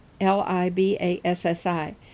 L-I-B-A-S-S-I